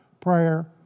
prayer